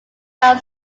town